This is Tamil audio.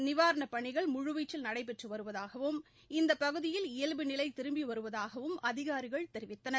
நிவாரணப் பணிகள் முழுவீச்சில் நடைபெற்று வருவதாகவும் இந்தப் பகுதியில் இயல்பு நிலை திரும்பி வருவதாகவும் அதிகாரிகள் தெரிவித்தனர்